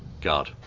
god